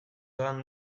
doan